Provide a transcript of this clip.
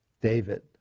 David